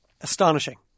Astonishing